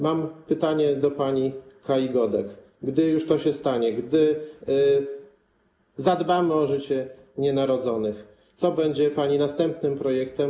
Mam pytanie do pani Kai Godek: Gdy już to się stanie, gdy zadbamy o życie nienarodzonych, co będzie pani następnym projektem?